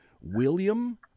William